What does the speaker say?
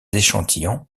échantillons